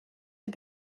had